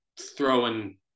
throwing